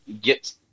get